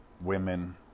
women